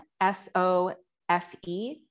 S-O-F-E